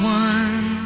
one